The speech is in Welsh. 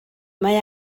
mae